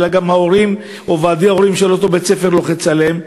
אלא גם ההורים או ועדי הורים של אותו בית-ספר לוחצים עליהם.